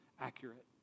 accurate